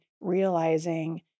realizing